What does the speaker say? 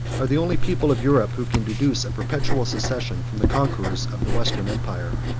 are the only people of europe who can deduce a perpetual succession from the conquerors of the western empire.